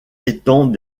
étant